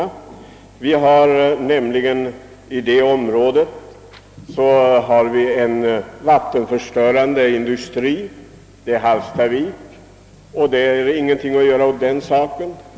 I detta kustområde har vi en vattenförstörande industri, Hallstavik, och det är ingenting att göra åt den saken.